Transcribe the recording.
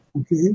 Okay